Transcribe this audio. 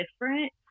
different